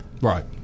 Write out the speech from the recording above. Right